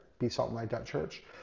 besaltandlight.church